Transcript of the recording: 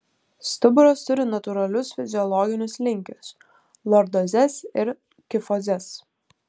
stuburas turi natūralius fiziologinius linkius lordozes ir kifozes